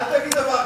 אל תגיד דבר כזה.